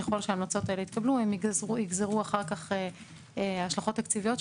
ככל שההמלצות האלה יתקבלו הם יגזרו אחר כך השלכות תקציביות,